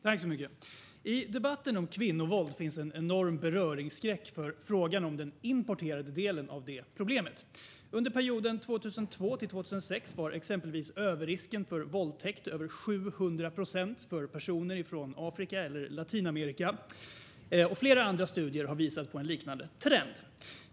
Herr talman! I debatten om kvinnovåld finns en enorm beröringsskräck för frågan om den importerade delen av problemet. Under perioden 2002-2006 var exempelvis överrisken för våldtäkt över 700 procent för personer från Afrika eller Latinamerika. Flera andra studier har visat på en liknande trend.